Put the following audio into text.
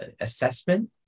assessment